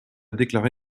déclaré